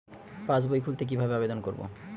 পাসবই খুলতে কি ভাবে আবেদন করব?